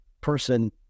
person